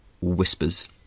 whispers